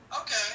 Okay